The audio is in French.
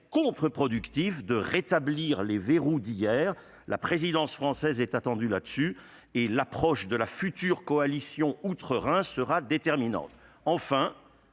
contre-productif de rétablir les verrous d'hier. La présidence française est attendue sur ce point et l'approche qu'adoptera la future coalition outre-Rhin sera déterminante. Enfin,